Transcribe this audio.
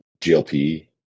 GLP